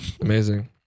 Amazing